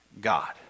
God